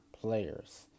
players